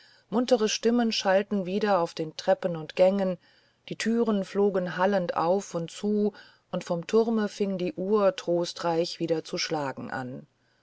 muntere stimmen schallten wieder auf den treppen und gängen die türen flogen hallend auf und zu und vom turme fing die uhr trostreich wieder zu schlagen an